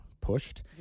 pushed